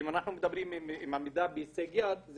אם אנחנו מדברים על-כך שהמידע בהישג יד,